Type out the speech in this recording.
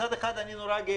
מצד אחד אני גאה,